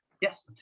Yes